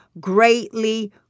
greatly